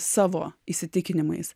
savo įsitikinimais